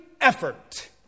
effort